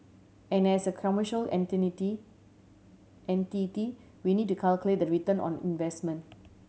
and as a commercial entity we need to calculate the return on investment